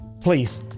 Please